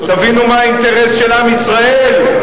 תבינו מה האינטרס של עם ישראל,